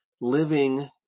living